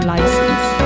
License